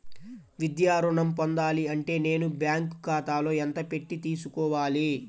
విద్యా ఋణం పొందాలి అంటే నేను బ్యాంకు ఖాతాలో ఎంత పెట్టి తీసుకోవాలి?